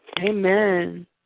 Amen